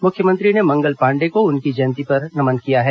मुख्यमंत्री ने मंगल पांडे को उनकी जयंती पर नमन किया है